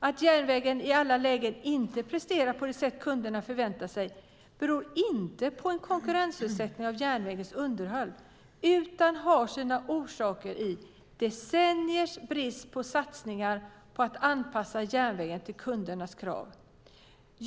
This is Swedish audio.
Att järnvägen i alla lägen inte presterar på det sätt kunderna förväntar sig beror inte på en konkurrensutsättning av järnvägens underhåll, utan har sina orsaker i decenniers brister på satsningar på att anpassa järnvägen till kundernas krav.